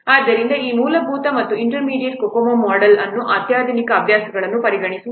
ಆದ್ದರಿಂದ ಈ ಮೂಲಭೂತ ಮತ್ತು ಇಂಟರ್ಮೀಡಿಯೇಟ್ COCOMO ಮೊಡೆಲ್ ಅವರು ಈ ಆಧುನಿಕ ಅಭ್ಯಾಸಗಳನ್ನು ಪರಿಗಣಿಸುವುದಿಲ್ಲ